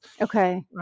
okay